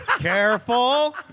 Careful